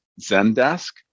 Zendesk